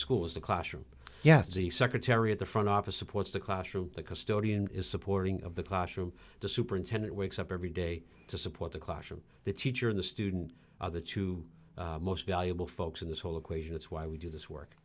schools the classroom yes the secretary at the front office supports the classroom the custodian is supporting of the classroom to superintendent wakes up every day to support the classroom the teacher the student the two most valuable folks in this whole equation it's why we do this work